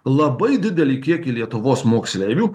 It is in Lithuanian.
labai didelį kiekį lietuvos moksleivių